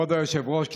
סליחה, היושב-ראש.